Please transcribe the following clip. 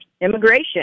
Immigration